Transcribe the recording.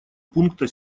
пункта